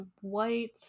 white